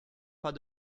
pas